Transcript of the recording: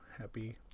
Happy